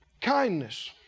Kindness